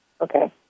Okay